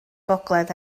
gogledd